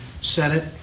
Senate